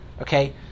Okay